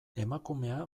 emakumea